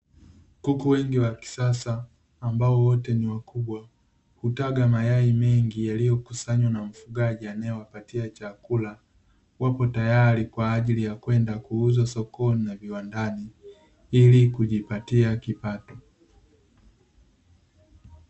Kuku wengi wa kisasa ambao wote ni wakubwa, hutaga mayai mengi yaliyokusanywa na mfugaji anayewapatia chakula, wapo tayari kwa ajili ya kwenda kuuzwa sokoni na viwandani, ili kujipitia kipato.